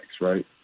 right